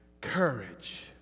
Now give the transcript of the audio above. courage